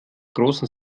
großen